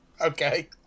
Okay